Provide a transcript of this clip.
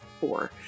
four